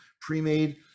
pre-made